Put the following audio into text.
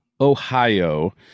Ohio